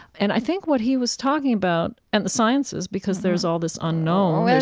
and i think what he was talking about, and the sciences, because there's all this unknown,